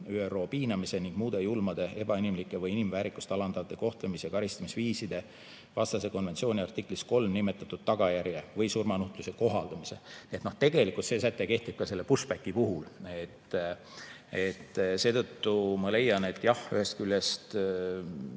3, ÜRO piinamise ning muude julmade, ebainimlike või inimväärikust alandavate kohtlemis‑ ja karistamisviiside vastase konventsiooni artiklis 3 nimetatud tagajärje või surmanuhtluse kohaldamise. Tegelikult see säte kehtib ka sellepushback'i puhul. Seetõttu ma leian, et jah, ühest küljest